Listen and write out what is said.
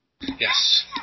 Yes